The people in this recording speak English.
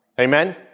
Amen